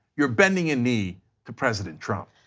you are bending a need to president trump.